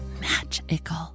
magical